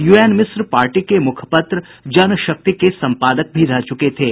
you N Mishra party के मुखपत्र जनशक्ति के सम्पादक भी रह चुके थे